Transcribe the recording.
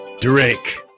drake